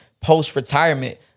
post-retirement